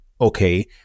okay